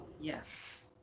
Yes